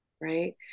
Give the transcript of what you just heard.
right